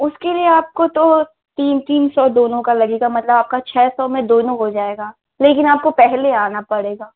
उसके लिए आपको तो तीन तीन सौ दोनों का लगेगा मतलब आपका छः सौ में दोनों हो जाएगा लेकिन आपको पहले आना पड़ेगा